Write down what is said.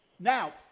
Now